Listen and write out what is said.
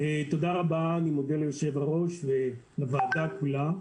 אני מודה ליושב-הראש ולוועדה כולה.